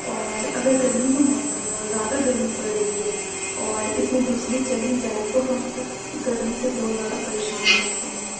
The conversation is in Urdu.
اور اگر گرمی کا موسم ہے اور زیادہ گرمی پڑ رہی ہے اور اس میں بجلی چلی جائے تو ہم سب گرمی سے بہت زیادہ پریشان ہو جاتے ہیں